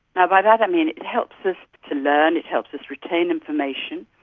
ah by that i mean it helps us to learn, it helps us retain information,